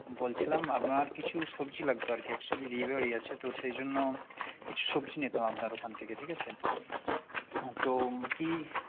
বলছিলাম আপনার কিছু সবজি লাগতো আর কি অ্যাকচ্যুযালি বিয়ে বাড়ি আছে তো সেই জন্য কিছু সবজি নিতাম আপনার ওখান থেকে ঠিক আছে তো কি